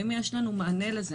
האם יש לנו מענה לזה?